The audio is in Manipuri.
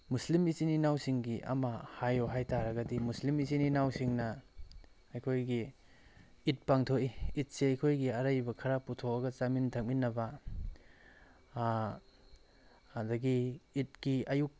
ꯃꯨꯁꯂꯤꯝ ꯏꯆꯤꯟ ꯏꯅꯥꯎꯁꯤꯡꯒꯤ ꯑꯃ ꯍꯥꯏꯌꯨ ꯍꯥꯏꯇꯥꯔꯒꯗꯤ ꯃꯨꯁꯂꯤꯝ ꯏꯆꯤꯟ ꯏꯅꯥꯎꯁꯤꯡꯅ ꯑꯩꯈꯣꯏꯒꯤ ꯏꯠ ꯄꯥꯡꯊꯣꯛꯏ ꯏꯠꯁꯤ ꯑꯩꯈꯣꯏꯒꯤ ꯑꯔꯩꯕ ꯈꯔ ꯄꯨꯊꯣꯛꯑꯒ ꯆꯥꯃꯤꯟ ꯊꯛꯃꯤꯟꯅꯕ ꯑꯗꯒꯤ ꯏꯠꯀꯤ ꯑꯌꯨꯛ